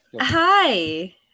Hi